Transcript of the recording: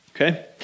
Okay